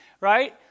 right